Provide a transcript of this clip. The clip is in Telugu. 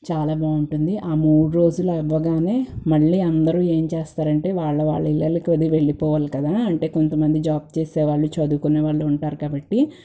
చాలా బాగుంటుంది ఆ మూడు రోజులవ్వగానే మళ్ళీ అందరు ఏం చేస్తారంటే వాళ్ళ వాళ్ళ ఇల్లలకు అది వెళ్ళిపోవాలి కదా అంటే అది జాబ్ చేసేవాళ్ళు చదువుకొనే వాళ్ళు ఉంటారు కాబట్టి